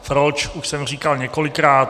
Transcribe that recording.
Proč, už jsem říkal několikrát.